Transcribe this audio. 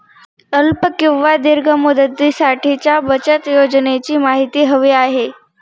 अल्प किंवा दीर्घ मुदतीसाठीच्या बचत योजनेची माहिती हवी आहे